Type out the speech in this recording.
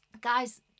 Guys